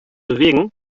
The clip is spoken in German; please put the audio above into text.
bewegen